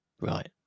Right